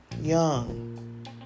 young